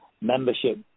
Membership